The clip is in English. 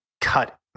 cut